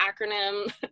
acronym